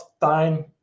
time